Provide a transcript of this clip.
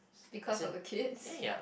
because of the kid